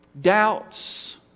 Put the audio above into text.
doubts